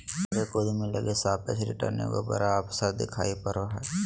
हरेक उद्यमी लगी सापेक्ष रिटर्न एगो बड़ा अवसर दिखाई पड़ा हइ